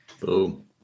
Boom